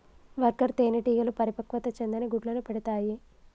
worker తేనెటీగలు పరిపక్వత చెందని గుడ్లను పెడతాయి